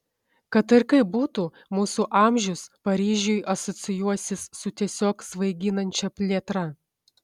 kad ir kaip būtų mūsų amžius paryžiui asocijuosis su tiesiog svaiginančia plėtra